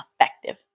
effective